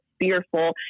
fearful